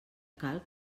cal